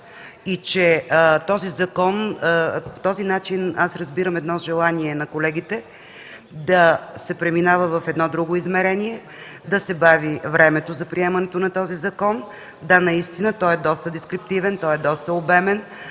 и че този закон ... По този начин аз разбирам едно желание на колегите да се преминава в едно друго измерение, да се бави времето за приемането на този закон. Да, наистина той е доста рестриктивен, доста обемен,